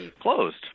closed